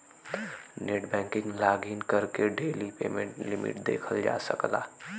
net banking login करके daily payment limit देखल जा सकला